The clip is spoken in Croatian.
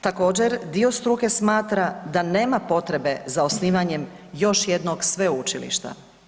Također dio struke smatra da nema potrebe za osnivanjem još jednog sveučilišta.